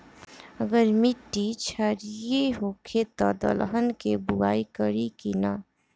अगर मिट्टी क्षारीय होखे त दलहन के बुआई करी की न?